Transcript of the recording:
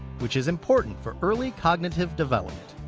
which is important for early cognitive development.